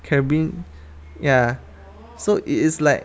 carribean ya so it is like